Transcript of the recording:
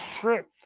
trip